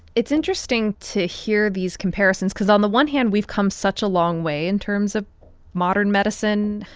it's interesting to hear these comparisons because, on the one hand, we've come such a long way in terms of modern medicine,